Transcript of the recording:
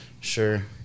sure